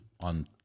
on